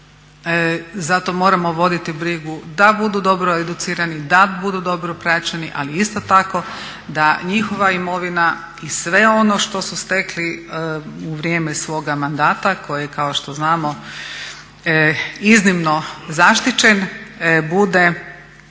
zato moramo voditi brigu da budu dobro educirani, da budu dobro praćeni, ali isto tako da njihova imovina i sve ono što su stekli u vrijeme svoga mandata koji je kao što znamo iznimno zaštićen, bude